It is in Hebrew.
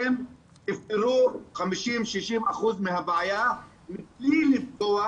אתם תפתרו 50-60% מהבעיה בלי לפגוע